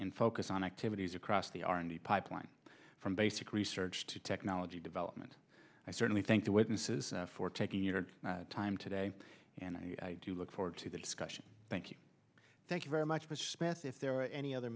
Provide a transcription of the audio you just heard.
in focus on activities across the r and d pipeline from basic research to technology development i certainly think the witnesses for taking your time today and i look forward to the discussion thank you thank you very much mr smith if there are any other